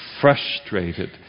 frustrated